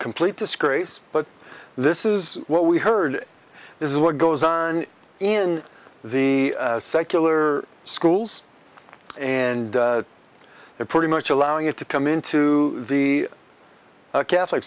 complete disgrace but this is what we heard this is what goes on in the secular schools and it pretty much allowing it to come into the catholic